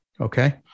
Okay